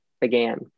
began